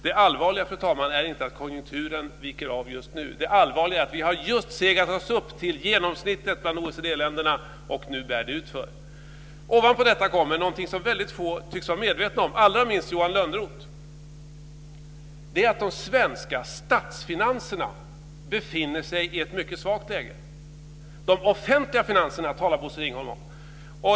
Det allvarliga, fru talman, är inte att konjunkturen viker av just nu, det allvarliga är att vi har just segat oss upp till genomsnittet av OECD-länderna, och nu bär det utför. Ovanpå detta kommer någonting som väldigt få tycks vara medvetna om, allra minst Johan Lönnroth. Det är att de svenska statsfinanserna befinner sig i ett mycket svagt läge. De offentliga finanserna talar Bosse Ringholm om.